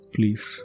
Please